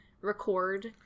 record